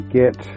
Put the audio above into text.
get